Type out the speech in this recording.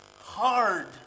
hard